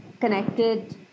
connected